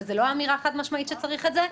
וזו לא אמירה חד-משמעית שצריך את זה,